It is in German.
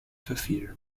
verfiel